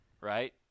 right